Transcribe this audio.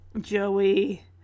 Joey